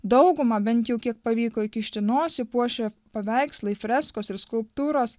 daugumą bent jau kiek pavyko įkišti nosį puošia paveikslai freskos ir skulptūros